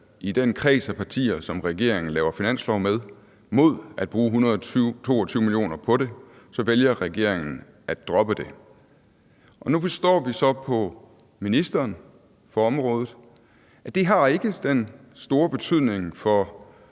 i den kreds af partier, som regeringen laver finanslov med, mod at bruge 122 mio. kr. på det, så vælger regeringen at droppe det. Nu forstår vi så på ministeren for området, at det ikke har den store betydning for